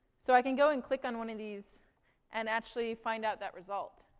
so i can go and click on one of these and actually find out that result.